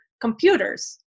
computers